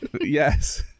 yes